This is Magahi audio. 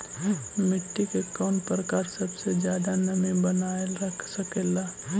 मिट्टी के कौन प्रकार सबसे जादा नमी बनाएल रख सकेला?